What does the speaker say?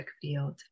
field